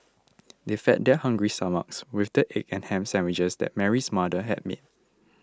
they fed their hungry stomachs with the egg and ham sandwiches that Mary's mother had made